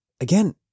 Again